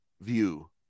view